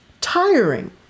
tiring